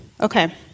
Okay